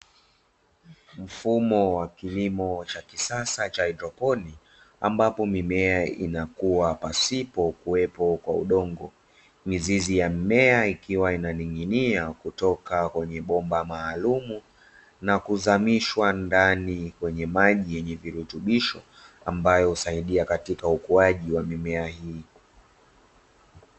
Mfumo wa kilimo cha kisasa cha haidroponi ambapo mimea inakua pasipo kuwepo kwa udongo, mizizi ya mmea ikiwa inaning'inia kutoka kwenye bomba maalumu na kuzamishwa ndani kwenye maji yenye virutubisho, ambayo husaidia katika ukuaji wa mimea hiyo.